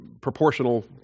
proportional